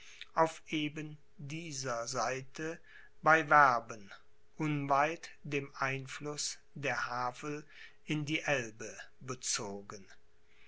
auf eben dieser seite bei werben unweit dem einfluß der havel in die elbe bezogen